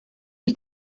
was